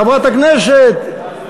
חברת הכנסת,